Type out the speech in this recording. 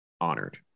honored